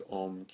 om